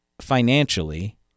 financially